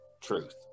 truth